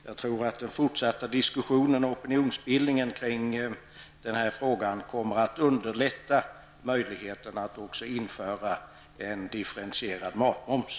Jag tror att den fortsatta diskussionen och opinionsbildningen kring den här frågan kommer att underlätta möjligheterna att också införa en differentierad matmoms.